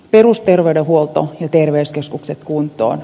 perusterveydenhuolto ja terveyskeskukset kuntoon